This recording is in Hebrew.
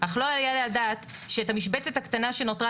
אך לא יעלה על הדעת שאת המשבצת הקטנה שנותרה